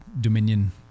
dominion